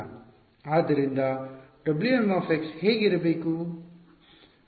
ಆದ್ದರಿಂದ W m ಹೇಗಿರಬೇಕು